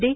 D